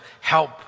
help